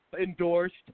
endorsed